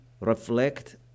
reflect